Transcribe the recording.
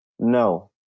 no